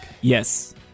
yes